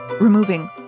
removing